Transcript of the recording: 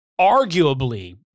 arguably